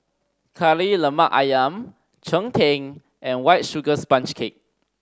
Kari Lemak Ayam cheng tng and White Sugar Sponge Cake